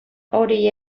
hori